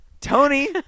Tony